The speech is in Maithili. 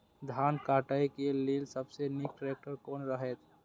धान काटय के लेल सबसे नीक ट्रैक्टर कोन रहैत?